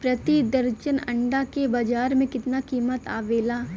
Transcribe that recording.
प्रति दर्जन अंडा के बाजार मे कितना कीमत आवेला?